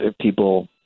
people